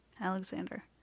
Alexander